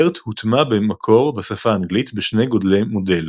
BERT הוטמע במקור בשפה האנגלית בשני גודלי מודל